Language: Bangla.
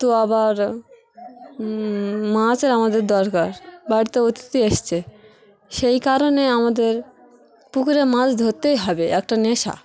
তো আবার মাছের আমাদের দরকার বাড়িতে অতিথি এসছে সেই কারণে আমাদের পুকুরে মাছ ধরতেই হবে একটা নেশা